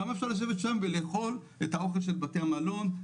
כמה אפשר לשבת שם ולאכול את האוכל של בתי המלון?